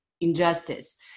injustice